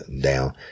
down